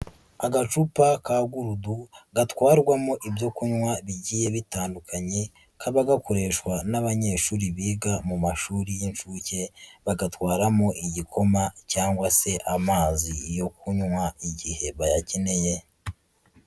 Agacupa ka gurude, gatwarwamo ibyo kunywa bitandukanye, gakoreshwa n'abanyeshuri biga mu mashuri y'inshuke, bagatwaramo igikoma cyangwa amazi yo kunywa igihe bayakeneye.